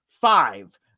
five